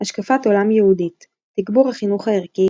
השקפת עולם יהודית; תגבור החינוך הערכי,